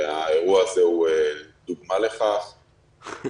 ורד עזרא,